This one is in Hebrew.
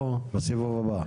או בסיבוב הבא?